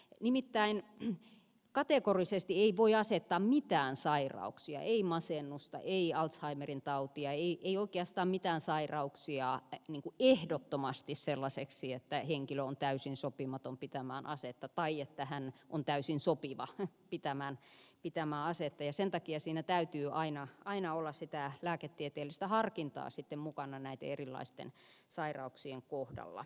nimittäin kategorisesti ei voi asettaa mitään sairauksia ei masennusta ei alzheimerin tautia ei oikeastaan mitään sairauksia niin kuin ehdottomasti sellaiseksi että henkilö on täysin sopimaton pitämään asetta tai että hän on täysin sopiva pitämään asetta ja sen takia siinä täytyy aina olla sitä lääketieteellistä harkintaa sitten mukana näiden erilaisten sairauksien kohdalla